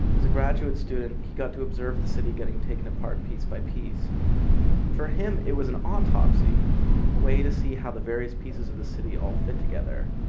as a graduate student he got to observe the city getting taken apart piece by piece for him it was an autopsy, a way to see how the various pieces of the city all fit together.